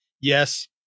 Yes